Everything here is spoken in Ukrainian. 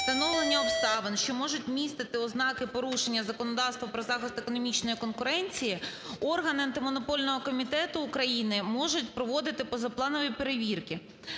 встановлення обставин, що можуть містити ознаки порушення законодавства про захист економічної конкуренції, органи Антимонопольного комітету України можуть проводити позапланові перевірки.